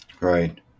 Right